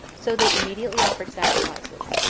so they immediately offered sacrifices,